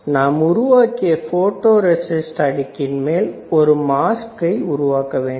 நாம் உருவாக்கிய photo resist அடுக்கின் மேல் ஒரு மாஸ்க்கை உருவாக்க வேண்டும்